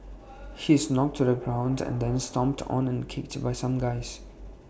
he is knocked to the ground and then stomped on and kicked by some guys